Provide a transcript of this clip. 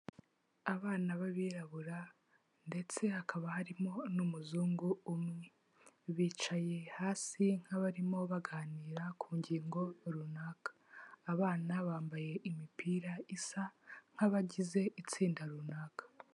Abana b'abirabura ndetse hakaba harimo n'umuzungu umwe. Bicaye hasi nk'abarimo baganira ku ngingo runaka. Abana bambaye imipira isa nk'abagize itsinda runaka.